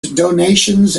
donations